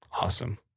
awesome